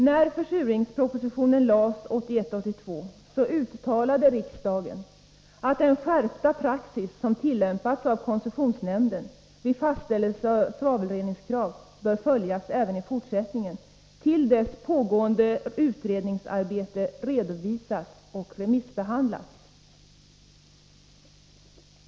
När försurningspropositionen lades 1981/82 uttalade riksdagen att den skärpta praxis som tillämpats av koncessionsnämnden vid fastställelse av svavelreningskrav bör följas även i fortsättningen till dess pågående utredningsarbete redovisats och remissbehandlats.